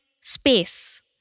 space